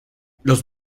los